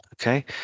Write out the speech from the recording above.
Okay